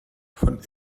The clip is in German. von